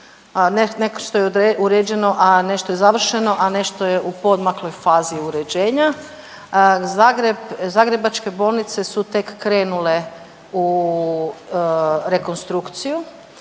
nešto je uređeno, a nešto je završeno, a nešto je u poodmakloj fazi uređenja. Zagreb, zagrebačke bolnice su tek krenule u rekonstrukciju,